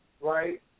right